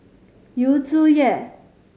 Yu Zhuye